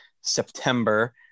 September